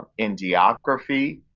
in geography.